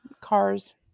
cars